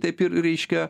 taip ir reiškia